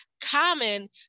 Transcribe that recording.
common